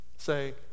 say